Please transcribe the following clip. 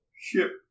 ship